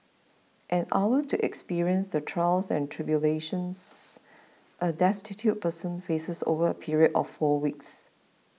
an hour to experience the trials and tribulations a destitute person faces over a period of four weeks